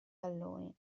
talloni